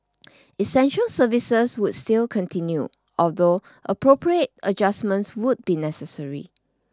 essential services would still continue although appropriate adjustments would be necessary